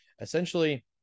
essentially